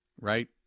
right